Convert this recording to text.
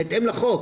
בהתאם לחוק.